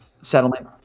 settlement